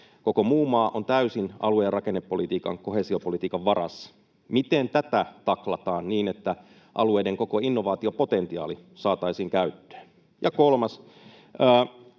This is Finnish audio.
Koko muu maa on täysin alue- ja rakennepolitiikan, koheesiopolitiikan, varassa. Miten tätä taklataan niin, että alueiden koko innovaatiopotentiaali saataisiin käyttöön? Ja kolmas: